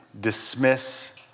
dismiss